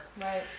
Right